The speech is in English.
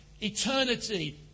Eternity